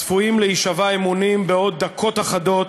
הצפויים להישבע אמונים בעוד דקות אחדות.